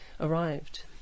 arrived